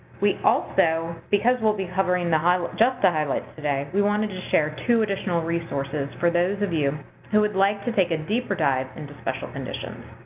we also because we'll be covering the just the highlights today, we wanted to share two additional resources for those of you who would like to take a deeper dive into special conditions.